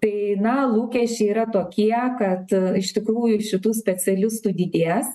tai na lūkesčiai yra tokie kad iš tikrųjų šitų specialistų didės